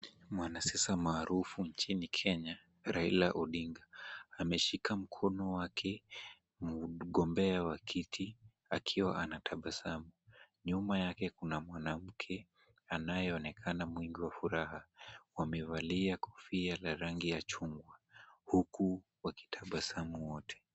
Mwanasiasa maarufu nchini Kenya Raila Odinga. Ameshika mkono wake mgombea wa kiti akiwa anatabasamu. Nyuma yake kuna mwanamke anayeonekana mwingi wa furaha. Wamevalia kofia la rangi ya chungwa huku wakitabasamu wote.